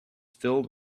filled